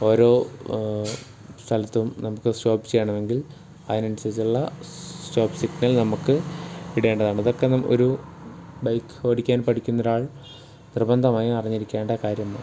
ഓരോ സ്ഥലത്തും നമുക്ക് സ്റ്റോപ്പ് ചെയ്യണമെങ്കിൽ അതിനനുസരിച്ചുള്ള സ്റ്റോപ്പ് സിഗ്നൽ നമുക്ക് ഇടേണ്ടതാണ് ഇതൊക്കെ ഒരു ബൈക്ക് ഓടിക്കാൻ പഠിക്കുന്നൊരാൾ നിർബന്ധമായും അറിഞ്ഞിരിക്കേണ്ട കാര്യമാണ്